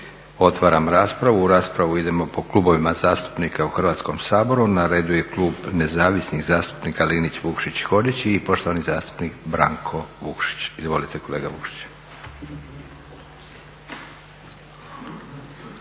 Otvaram raspravu. U raspravu idemo po klubovima zastupnika u Hrvatskom saboru. Na redu je klub Nezavisnih zastupnika Linić, Vukšić, Hodžić i poštovani zastupnik Branko Vukšić. Izvolite kolega Vukšić.